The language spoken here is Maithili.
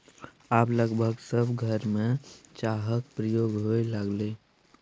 आब लगभग सभ घरमे चाहक प्रयोग होए लागलै